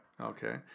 Okay